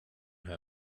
her